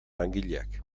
langileak